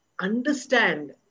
understand